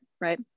right